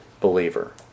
believer